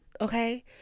okay